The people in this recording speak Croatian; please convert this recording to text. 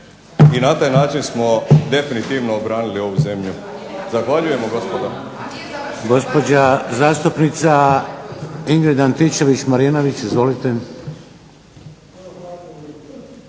i na taj način smo definitivno obranili ovu zemlju. Zahvaljujemo gospodo.